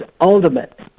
ultimate